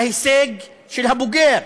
ההישג של הבוגר,